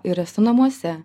ir esu namuose